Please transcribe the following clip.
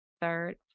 third